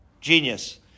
Genius